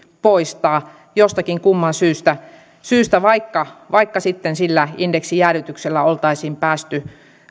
poistaa jostakin kumman syystä syystä vaikka vaikka sitten sillä indeksijäädytyksellä oltaisiin päästy